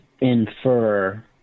infer